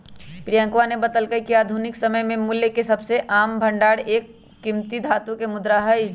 प्रियंकवा ने बतल्ल कय कि आधुनिक समय में मूल्य के सबसे आम भंडार एक कीमती धातु के मुद्रा हई